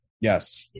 Yes